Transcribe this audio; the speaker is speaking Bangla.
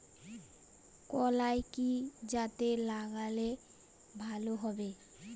কলাই কি জাতে লাগালে ভালো হবে?